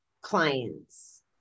clients